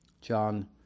John